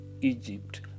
Egypt